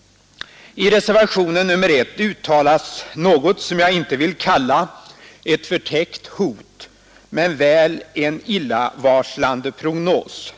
I reservationen 1 uttalas något som jag inte vill kalla ett förtäckt hot men väl en illavarslande prognos.